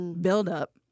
buildup